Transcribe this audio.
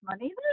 money